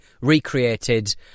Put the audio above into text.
recreated